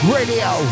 radio